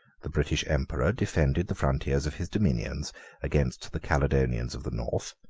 the british emperor defended the frontiers of his dominions against the caledonians of the north,